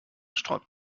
sträubt